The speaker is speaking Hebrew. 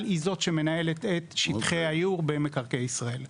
היא זאת שמנהלת את שטחי הייעור במקרקעי ישראל.